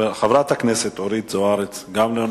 חברת הכנסת אורית זוארץ, גם לא נמצאת.